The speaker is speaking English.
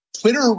Twitter